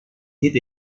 hit